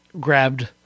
grabbed